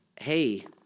hey